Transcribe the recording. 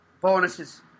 Bonuses